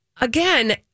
again